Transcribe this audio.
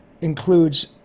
includes